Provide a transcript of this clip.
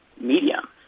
medium